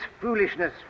foolishness